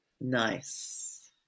Nice